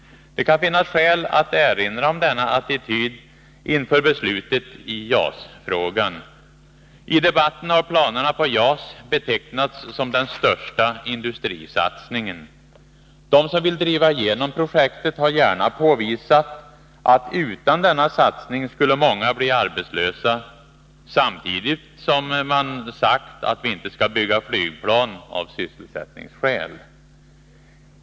Det kan finnas skäl att erinra om denna attityd inför beslutet i JAS-frågan. I debatten har planerna på JAS betecknats som den största industrisatsningen. De som vill driva igenom projektet har gärna påvisat att utan denna satsning skulle många bli arbetslösa, samtidigt som man sagt att vi inte skall bygga flygplan av sysselsättningsskäl.